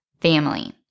family